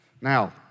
Now